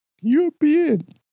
European